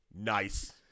Nice